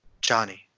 Johnny